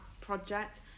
project